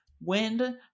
wind